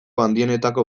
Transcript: handienetako